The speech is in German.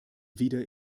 wieder